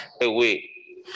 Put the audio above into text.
away